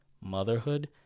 motherhood